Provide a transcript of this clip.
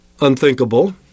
unthinkable